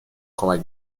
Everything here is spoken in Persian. کمک